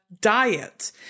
diet